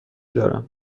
دارم